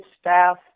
staff